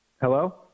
Hello